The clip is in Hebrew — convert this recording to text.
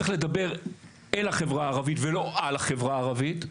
צריך לדבר אל החברה הערבית ולא על החברה הערבית.